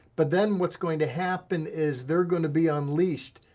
but then what's going to happen is they're gonna be unleashed,